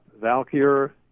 Valkyr